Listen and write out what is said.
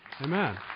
Amen